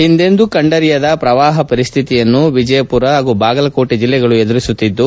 ಹಿಂದೆಂದೂ ಕಂಡರಿಯದ ಪ್ರವಾಹ ಪರಿಸ್ತಿತಿಯನ್ನು ವಿಜಯಪುರ ಹಾಗೂ ಬಾಗಲಕೋಟೆ ಜಲ್ಲೆಗಳು ಎದುರಿಸುತ್ತಿದ್ದು